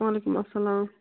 وعلیکُم اسلام